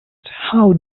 how